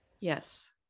Yes